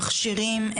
מכשירים,